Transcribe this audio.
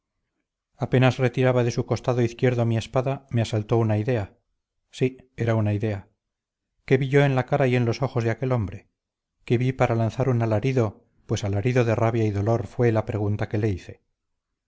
apenas retiraba de su costado izquierdo mi espada me asaltó una idea sí era una idea qué vi yo en la cara y en los ojos de aquel hombre qué vi para lanzar un alarido pues alarido de rabia y dolor fue la pregunta que le hice